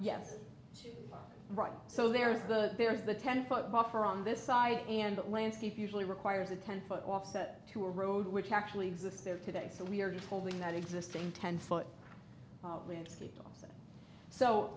yes right so there's the there's the ten foot buffer on this side and that landscape usually requires a ten foot offset to a road which actually exists there today so we are controlling that existing ten foot landscape so